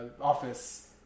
office